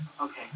Okay